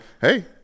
hey